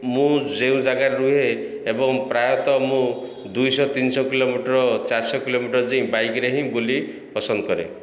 ମୁଁ ଯେଉଁ ଜାଗାରେ ରୁହେ ଏବଂ ପ୍ରାୟତଃ ମୁଁ ଦୁଇଶହ ତିନିଶହ କିଲୋମିଟର ଚାରିଶହ କିଲୋମିଟର ଯାଇ ବାଇକ୍ରେ ହିଁ ବୋଲି ପସନ୍ଦ କରେ